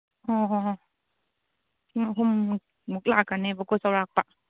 ꯑꯣ ꯍꯣꯏ ꯍꯣꯏ ꯎꯝ ꯎꯝ ꯑꯃꯨꯛ ꯂꯥꯛꯀꯅꯦꯕꯀꯣ ꯆꯧꯔꯥꯛꯄ